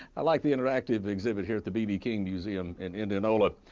i like the interactive exhibit here at the bb king museum in indianola.